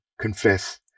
confess